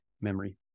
memory